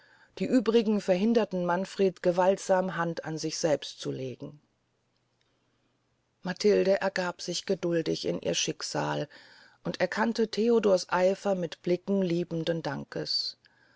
die übrigen verhinderten manfreden gewaltsame hand an sich selbst zu legen matilde ergab sich geduldig in ihr schicksal und erkannte theodors eifer mit blicken liebenden dankes